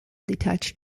detached